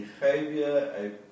behavior